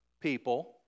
people